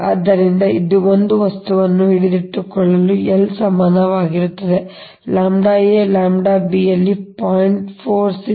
ಆದ್ದರಿಂದ ಇಲ್ಲಿ ಒಂದು ವಸ್ತುವನ್ನು ಹಿಡಿದಿಟ್ಟುಕೊಳ್ಳಲು L ಸಮನಾಗಿರುತ್ತದೆ ʎa ʎb ಯಲ್ಲಿ 0